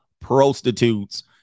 prostitutes